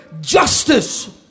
justice